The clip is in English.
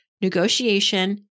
negotiation